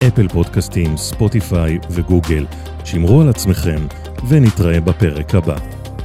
אפל פודקסטים, ספוטיפיי וגוגל. שמרו על עצמכם ונתראה בפרק הבא.